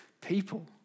People